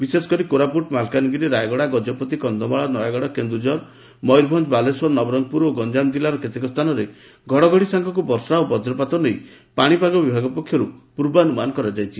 ବିଶେଷକରି କୋରାପୁଟ ମାଲକାନଗିରି ରାୟଗଡ଼ା ଗକପତି କକ୍ଷମାଳ ନୟାଗଡ଼ କେନ୍ଦୁଝର ମୟରଭଞ୍ ବାଲେଶ୍ୱର ନବରଙ୍ଙପୁର ଓ ଗଞ୍ଞାମ ଜିଲ୍ଲାର କେତେକ ସ୍ଚାନରେ ଘଡ଼ଘଡ଼ି ସାଙ୍ଗକୁ ବର୍ଷା ଓ ବକ୍ରପାତ ନେଇ ପାଶିପାଗ ବିଭାଗ ପକ୍ଷରୁ ପୂର୍ବାନୁମାନ କରାଯାଇଛି